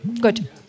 good